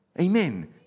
Amen